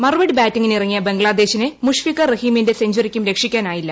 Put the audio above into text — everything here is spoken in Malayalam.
മറുപടി ബാറ്റിങ്ങിന്റിറ്റ്ങ്ങിയ് ബംഗ്ലാദേശിനെ മുഷ്ഫിഖർ റഹീമിന്റെ സെഞ്ചറിക്കും ക്ഷിക്കാനായില്ല